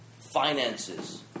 finances